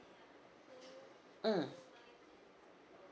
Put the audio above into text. mm